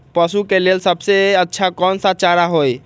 पशु के लेल सबसे अच्छा कौन सा चारा होई?